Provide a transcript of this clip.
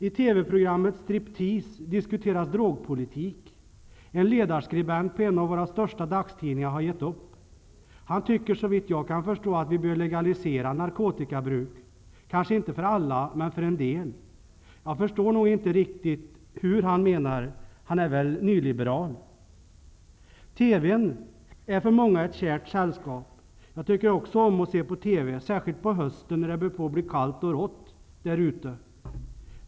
I TV-programmet Striptease diskuteras drogpolitik. En ledarskribent på en av våra största dagstidningar har gett upp. Han tycker såvitt jag kan förstå att vi bör legalisera narkotikabruk, kanske inte för alla men för en del. Jag förstår nog inte riktigt hur han menar. Han är väl nyliberal. TV:n är för många ett kärt sällskap. Också jag tycker om att se på TV, särskilt på hösten när det börjar bli kallt och rått därute.